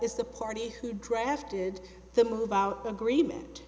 is the party who drafted the move our agreement